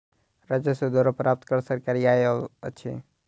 राजस्व द्वारा प्राप्त कर सरकारी आय अछि